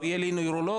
לא יהיה לי נוירולוג,